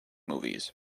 movies